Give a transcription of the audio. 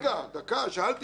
שאלתי אם יש.